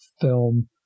film